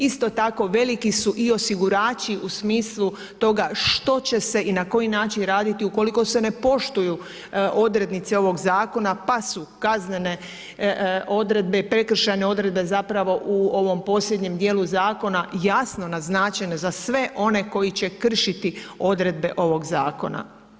Isto tako, veliki su i osigurači u smislu toga što će se i na koji način raditi ukoliko se ne poštuju odrednice ovog zakona, pa su kaznene odredbe, prekršajne odredbe zapravo u ovom posljednjem dijelu zakona jasno naznačene za sve one koji će kršiti odredbe ovog zakona.